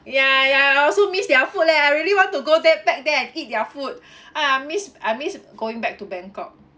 ya ya I also miss their food leh I really want to go there back there and eat their food I miss I miss going back to bangkok